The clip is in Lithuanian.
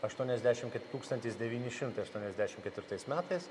aštuoniasdešim tūkstantis devyni šimtai aštuoniasdešim ketvirtais metais